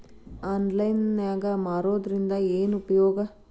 Online ನಾಗ್ ಮಾರೋದ್ರಿಂದ ಏನು ಉಪಯೋಗ?